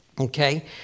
Okay